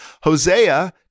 Hosea